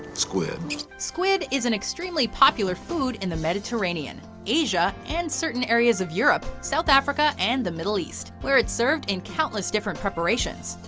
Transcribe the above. squid squid is an extremely popular food in the mediterranean, asia and certain areas of europe, south africa and the middle east, where it served in countless different preparations,